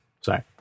Sorry